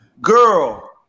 girl